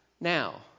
Now